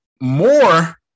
More